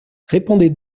répondez